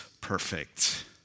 perfect